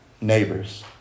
neighbors